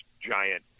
giant